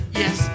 yes